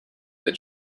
that